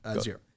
Zero